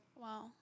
Wow